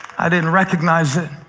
i didn't recognize it.